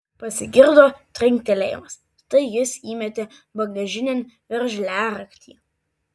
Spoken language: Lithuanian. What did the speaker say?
pasigirdo trinktelėjimas tai jis įmetė bagažinėn veržliaraktį